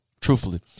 Truthfully